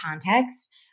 context